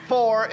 Four